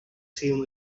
save